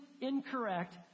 incorrect